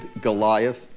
Goliath